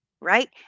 right